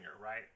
Right